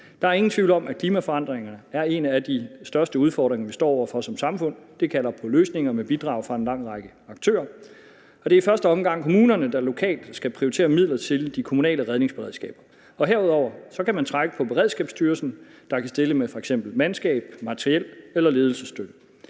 Der er ingen tvivl om, at klimaforandringerne er en af de største udfordringer, vi står over for som samfund. Det kalder på løsninger med bidrag fra en lang række aktører. Det er i første omgang kommunerne, der lokalt skal prioritere midler til de kommunale redningsberedskaber. Herudover kan man trække på Beredskabsstyrelsen, der kan stille med f.eks. mandskab, materiel eller ledelsesstøtte. Vi